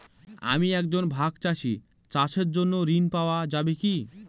আমি একজন ভাগ চাষি চাষের জন্য ঋণ পাওয়া যাবে কি?